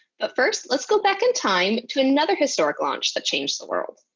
but first let's go back in time to another historic launch that changed the world.